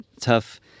tough